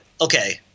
Okay